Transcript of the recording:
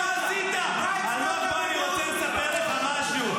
אני רוצה לספר לך משהו.